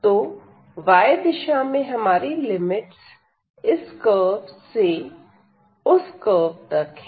तो y दिशा में हमारी लिमिट्स इस कर्व उस कर्व तक है